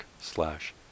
slash